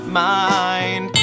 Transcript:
mind